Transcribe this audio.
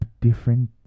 different